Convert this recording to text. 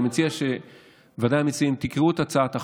אני מציע שדבר ראשון תקראו את הצעת החוק,